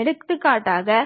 எடுத்துக்காட்டாக